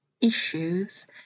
issues